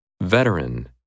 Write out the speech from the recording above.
Veteran